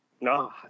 No